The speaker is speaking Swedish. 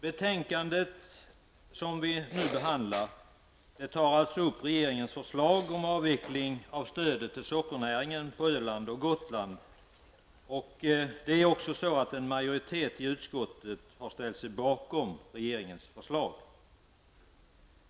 Betänkandet som vi nu behandlar tar alltså upp regeringens förslag om avveckling av stödet till sockernäringen på Öland och Gotland. En majoritet i utskottet har också ställt sig bakom regeringens förslag.